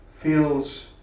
Feels